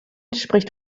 spricht